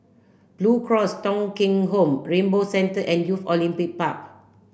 Blue Cross Thong Kheng Home Rainbow Centre and Youth Olympic Park